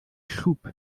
schub